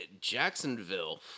Jacksonville